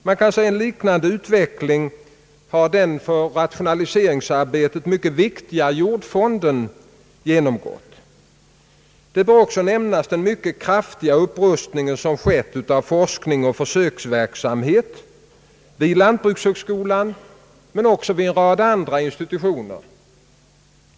Man kan säga att den för rationaliseringsarbetet mycket viktiga jordfonden har genomgått en liknande utveckling. Nämnas bör också den kraftiga upprustning som skett av forskning och försöksverksamhet vid lantbrukshögskolan och en rad andra institutioner.